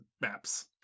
maps